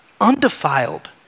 undefiled